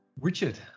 Richard